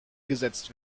gesetzt